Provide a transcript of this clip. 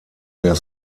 der